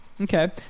Okay